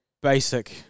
basic